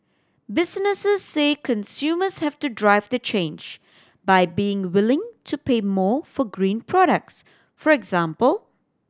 businesses say consumers have to drive the change by being willing to pay more for green products for example